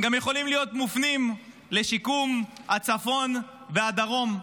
הם גם יכולים להיות מופנים לשיקום הצפון והדרום.